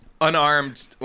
unarmed